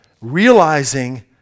realizing